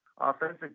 offensive